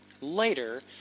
later